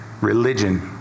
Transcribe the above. religion